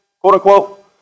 quote-unquote